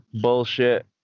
bullshit